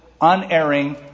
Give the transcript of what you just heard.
unerring